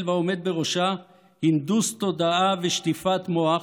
והעומד בראשה הנדוס תודעה ושטיפת מוח,